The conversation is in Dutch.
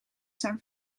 san